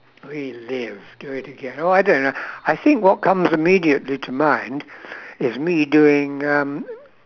relive do it again oh I don't know I think what comes immediately to mind is me doing um